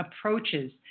approaches